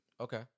Okay